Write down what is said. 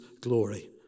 glory